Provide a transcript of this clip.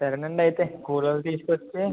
సరేనండి అయితే కూలి వాళ్ళు తీసుకొచ్చి